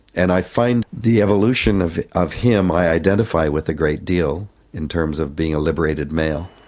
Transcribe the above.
and i find the evolution of of him i identify with a great deal in terms of being a liberated male.